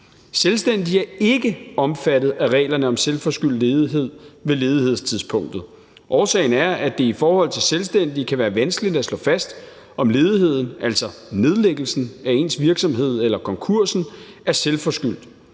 Selvstændige er ikke omfattet af reglerne om selvforskyldt ledighed ved ledighedstidspunktet. Årsagen er, at det i forhold til selvstændige kan være vanskeligt at slå fast, om ledigheden, altså nedlæggelsen af ens virksomhed eller konkursen, er selvforskyldt.